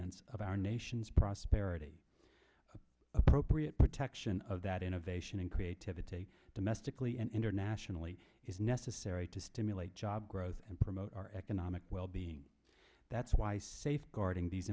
ingredients of our nation's prosperity appropriate protection of that innovation and creativity domestically and internationally is necessary to stimulate job growth and promote our economic well being that's why safeguarding these